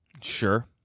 Sure